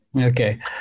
okay